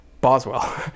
Boswell